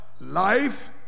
Life